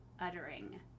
uttering